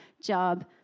job